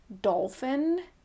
dolphin